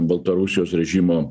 baltarusijos režimo